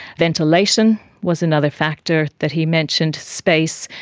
ventilation was another factor that he mentioned. space.